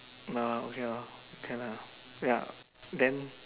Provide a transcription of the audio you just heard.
orh okay lor okay lah ya then